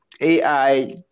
AI